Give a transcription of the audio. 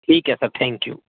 ٹھیک ہے sir thank you